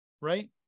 right